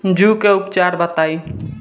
जूं के उपचार बताई?